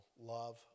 love